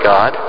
God